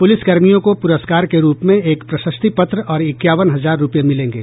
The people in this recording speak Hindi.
पुलिसकर्मियों को पुरस्कार के रूप में एक प्रशस्ति पत्र और इक्यावन हजार रूपये मिलेंगे